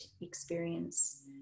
experience